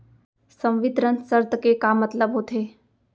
संवितरण शर्त के का मतलब होथे?